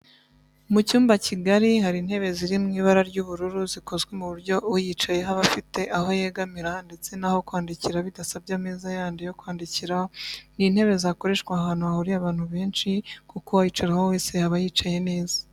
Mu cyumba kigari hari intebe ziri mu ibara ry'ubururu zikozwe ku buryo uyicayeho aba afite aho yegamira ndetse n'aho kwandikira bidasabye ameza yandi yo kwandikiraho. Ni intebe zakoreshwa ahantu hahuriye abantu benshi kuko uwayicaraho wese yaba yicaye neza.